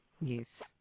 Yes